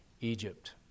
Egypt